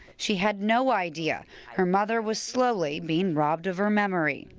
she had no idea her mother was slowly being roobd of her memory.